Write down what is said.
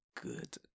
good